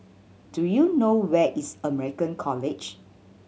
do you know where is American College